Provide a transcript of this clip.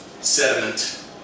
sediment